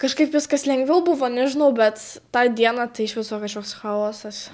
kažkaip viskas lengviau buvo nežinau bet tą dieną tai iš viso kažkoks chaosas